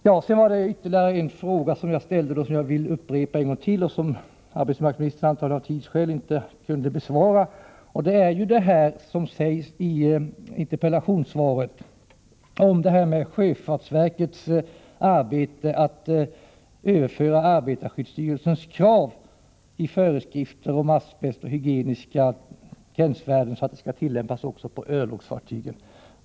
Jag ställde ytterligare en fråga, som jag vill upprepa. Arbetsmarknadsministern kunde antagligen av tidsskäl inte besvara den. Frågan gäller det som sägs i interpellationssvaret om sjöfartsverkets arbete med syfte att göra arbetarskyddsstyrelsens krav i föreskrifter om asbest och hygieniska gränsvärden tillämpliga också på örlogsfartygen.